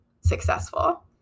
successful